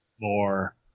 more